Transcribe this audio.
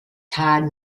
tide